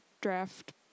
draft